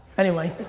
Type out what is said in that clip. anyway.